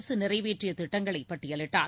அரசு நிறைவேற்றிய திட்டங்களை பட்டியிலிட்டார்